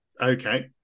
Okay